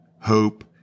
hope